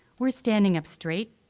we're standing up straight,